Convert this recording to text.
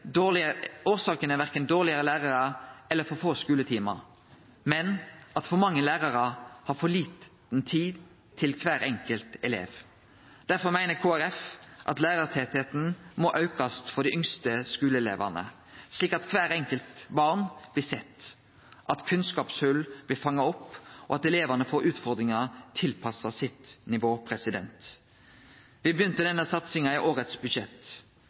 dårlege lærarar eller for få skuletimar, men at for mange lærarar har for lita tid til kvar enkelt elev. Derfor meiner Kristeleg Folkeparti at lærartettheita må aukast for dei yngste skuleelevane, slik at kvart enkelt barn blir sett, at kunnskapshòl blir fanga opp, og at elevane får utfordringar tilpassa sitt nivå. Me begynte denne satsinga i årets budsjett.